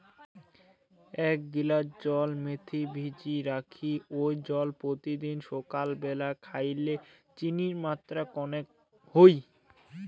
এ্যাক গিলাস জল মেথি ভিজি রাখি ওই জল পত্যিদিন সাকাল ব্যালা খাইলে চিনির মাত্রা কণেক হই